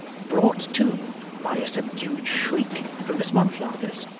brought to by a subdued shriek from miss monflathers.